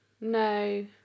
No